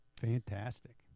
Fantastic